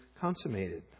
consummated